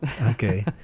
okay